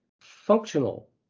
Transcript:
functional